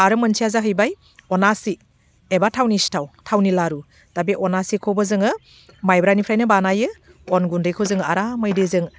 आरो मोनसेया जाहैबाय अनासि एबा थावनि सिथाव थावनि लारु दा बे अनासिखौबो जोङो माइब्रानिफ्रायनो बानायो अन गुन्दैखौ जोङो आरामै दैजों